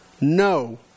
No